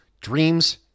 dreams